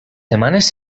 setmanes